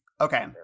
Okay